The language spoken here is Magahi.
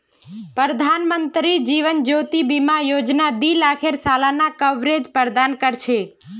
प्रधानमंत्री जीवन ज्योति बीमा योजना दी लाखेर सालाना कवरेज प्रदान कर छे